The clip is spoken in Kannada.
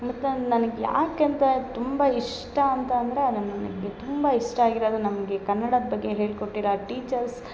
ಮತ್ತೊಂದು ನನಗೆ ಯಾಕೆಂತ ತುಂಬ ಇಷ್ಟ ಅಂತ ಅಂದರೆ ತುಂಬ ಇಷ್ಟ ಆಗಿರೊದು ನಮಗೆ ಕನ್ನಡದ ಬಗ್ಗೆ ಹೇಳ್ಕೊಟ್ಟಿರ ಆ ಟೀಚರ್ಸ್